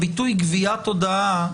הביטוי גביית הודעה,